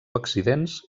accidents